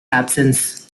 absence